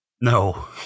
No